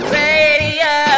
radio